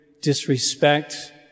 disrespect